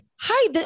hi